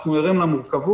אנחנו ערים למורכבות